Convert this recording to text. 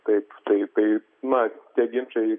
taip tai tai na tie ginčai